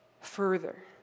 Further